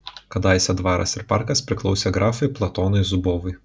kadaise dvaras ir parkas priklausė grafui platonui zubovui